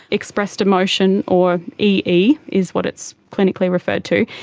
expressed emotion or ee is what it's clinically referred to,